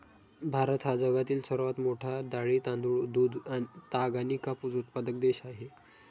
भारत हा जगातील सर्वात मोठा डाळी, तांदूळ, दूध, ताग आणि कापूस उत्पादक देश आहे